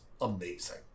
amazing